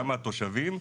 גם מהתושבים,